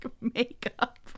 makeup